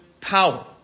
power